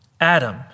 Adam